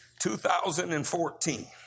2014